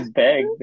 beg